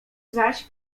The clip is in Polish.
zaś